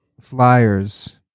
flyers